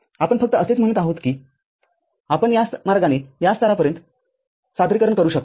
आम्ही फक्त असेच म्हणत आहोत की आपण या मार्गाने या स्तरापर्यंत सादरीकरण करू शकता